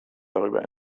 darüber